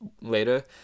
later